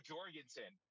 Jorgensen